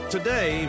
Today